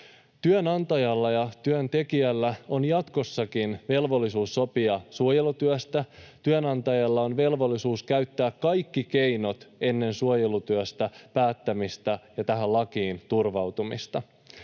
Työnantajalla ja työntekijällä on jatkossakin velvollisuus sopia suojelutyöstä. Työnantajalla on velvollisuus käyttää kaikki keinot ennen suojelutyöstä päättämistä ja tähän lakiin turvautumista.